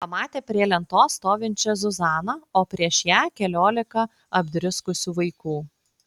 pamatė prie lentos stovinčią zuzaną o prieš ją keliolika apdriskusių vaikų